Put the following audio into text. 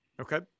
Okay